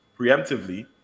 preemptively